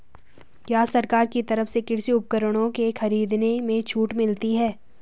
क्या सरकार की तरफ से कृषि उपकरणों के खरीदने में छूट मिलती है?